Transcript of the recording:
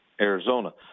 Arizona